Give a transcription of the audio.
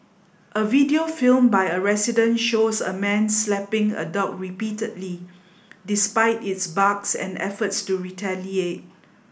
a video filmed by a resident shows a man slapping a dog repeatedly despite its barks and efforts to retaliate